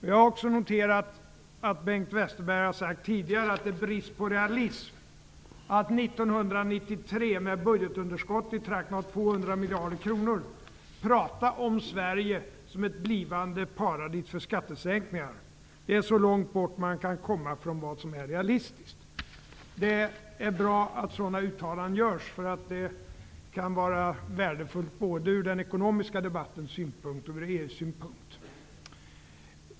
Jag har också noterat att Bengt Westerberg tidigare har sagt att det är ett uttryck för brist på realism att 1993, då budgetunderskottet ligger i trakten av 200 miljarder kronor, prata om Sverige som ett blivande paradis för skattesänkningar. Det är så långt bort man kan komma från vad som är realistiskt. Det är bra att sådana uttalanden görs. Det kan vara värdefullt både ur den ekonomiska debattens synpunkt och ur EU-synpunkt.